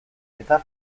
eta